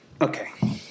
Okay